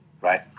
Right